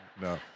no